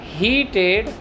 heated